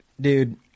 dude